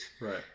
Right